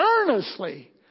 earnestly